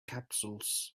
capsules